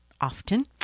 often